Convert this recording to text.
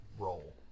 Roll